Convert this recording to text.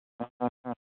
ᱦᱮᱸ ᱦᱮᱸ ᱦᱮᱸ